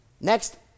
next